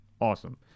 awesome